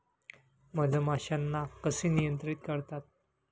मधमाश्यांना कसे नियंत्रित करतात?